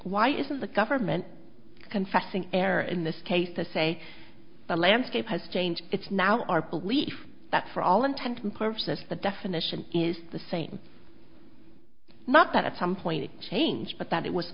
why is the government confessing error in this case to say the landscape has changed it's now our belief that for all intents and purposes the definition is the same not that at some point it changed but that it was